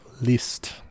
list